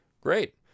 great